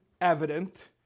evident